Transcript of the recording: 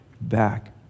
back